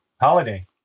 holiday